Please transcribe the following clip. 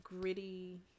gritty